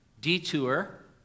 detour